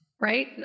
Right